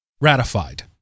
ratified